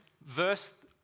verse